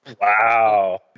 Wow